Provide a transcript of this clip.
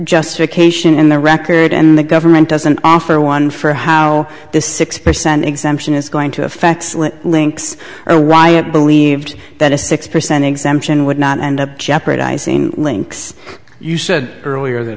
justification in the record and the government doesn't offer one for how this six percent exemption is going to affect links or why it believed that a six percent exemption would not end up jeopardizing links you said earlier